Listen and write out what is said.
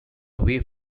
away